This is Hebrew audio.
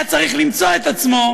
היה צריך למצוא את עצמו